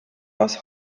aus